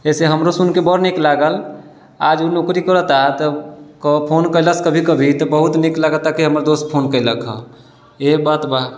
एहिसँ हमरो सुनके बड़ नीक लागल आज उ नौकरी करऽ ता तऽ फोन कइलस कभी कभी तऽ बहुत नीक लागऽ ता कि हमर दोस्त फोन कयलक हँ एहे बात बा